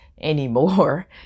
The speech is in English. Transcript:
anymore